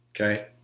okay